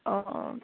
অঁ অঁ